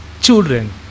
children